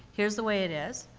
here's the way it is,